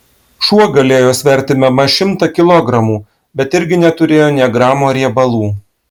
šuo galėjo sverti bemaž šimtą kilogramų bet irgi neturėjo nė gramo riebalų